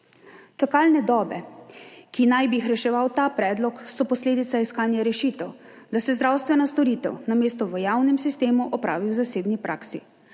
Čakalne dobe, ki naj bi jih reševal ta predlog, so posledica iskanja rešitev, da se zdravstvena storitev namesto v javnem sistemu opravi v zasebni praksi.